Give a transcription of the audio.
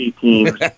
teams